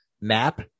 map